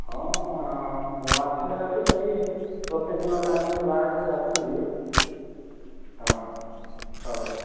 ହଁ ମୁଁ ଆସିଲେ ଅବଶ୍ୟ ସେହି ପ୍ରତିଦିନ ଟାଇମରେ ବାହାରିକି ଆସିବି ହଁ ହଉ